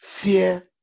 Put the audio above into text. Fear